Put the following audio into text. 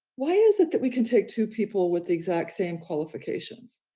why is it that we can take two people with the exact same qualifications,